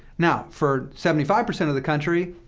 now, for seventy five percent of the country,